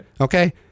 Okay